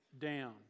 down